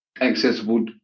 accessible